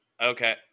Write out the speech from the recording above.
Okay